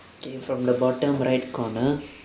okay from the bottom right corner